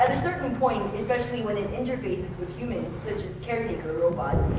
certain point, especially when it interferes with humans, such as caretaker robots,